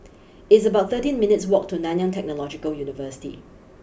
it's about thirteen minutes' walk to Nanyang Technological University